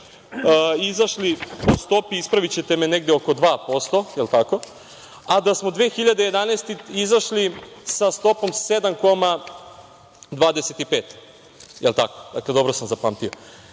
izašli po stopi, ispravićete me, negde oko 2%, a da smo 2011. godine izašli sa stopom 7,25%, jel tako? Dakle, dobro sam zapamtio.